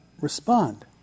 respond